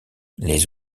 les